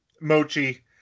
Mochi